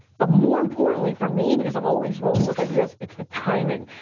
but more importantly for me, because i'm always rolling with ideas, it's the timing.